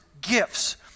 gifts